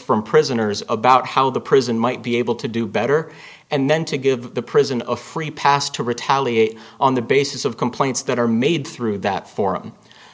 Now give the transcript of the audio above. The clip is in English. from prisoners about how the prison might be able to do better and then to give the prison a free pass to retaliate on the basis of complaints that are made through that forum